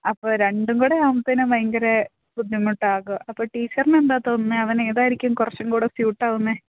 അപ്പോള് രണ്ടും കൂടെയാകുമ്പോഴത്തേക്കും ഭയങ്കരം ബുദ്ധിമുട്ടാകും ടീച്ചറിനെന്താണ് തോന്നുന്നത് അവന് ഏതായിരിക്കും കുറച്ചുംകൂടെ സ്യുട്ടാകുന്നത്